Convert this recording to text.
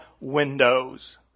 windows